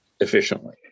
efficiently